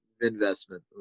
investment